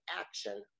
action